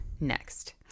next